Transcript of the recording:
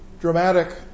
dramatic